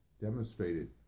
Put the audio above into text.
demonstrated